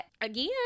again